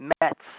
Mets